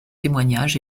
témoignages